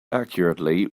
accurately